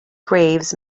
graves